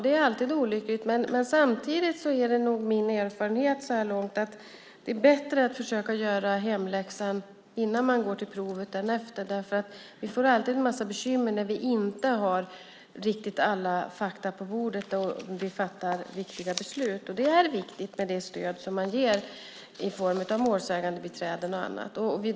Det är alltid olyckligt med fördröjningar, men samtidigt är min erfarenhet så här långt att det är bättre att göra hemläxan innan man går till provet än efter. Vi får alltid en massa bekymmer när vi inte har alla fakta på bordet när vi fattar viktiga beslut, och det är viktigt med det stöd man ger i form av målsägandebiträden och annat.